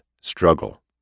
Struggle